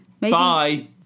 Bye